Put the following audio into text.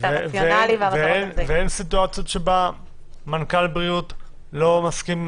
כשהרציונל --- ואין סיטואציות שבהן מנכ"ל בריאות לא מסכים עם